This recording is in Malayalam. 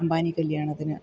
അമ്പാനി കല്ല്യാണത്തിന്